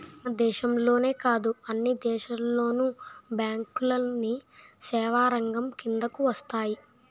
మన దేశంలోనే కాదు అన్ని దేశాల్లోను బ్యాంకులన్నీ సేవారంగం కిందకు వస్తాయి